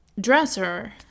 dresser